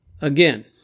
Again